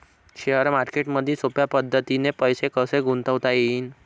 Share मार्केटमधी सोप्या पद्धतीने पैसे कसे गुंतवता येईन?